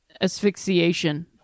asphyxiation